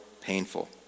painful